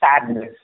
sadness